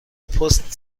پست